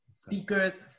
Speakers